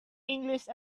english